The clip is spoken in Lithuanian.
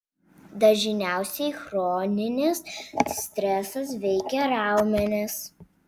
dažniausiai chroninis stresas veikia raumenis